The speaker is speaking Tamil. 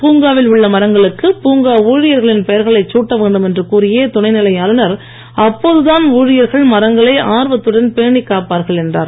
பூங்காவில் உள்ள மரங்களுக்கு பூங்கா ஊழியர்களின் பெயர்களைச் சூட்ட வேண்டும் என்று கூறிய துணைநிலை ஆளுநர் அப்போது தான் ஊழியர்கள் மரங்களை ஆர்வத்துடன் பேணிக் காப்பார்கள் என்றார்